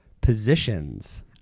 Positions